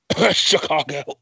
Chicago